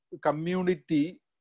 community